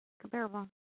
comparable